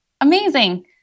Amazing